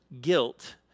guilt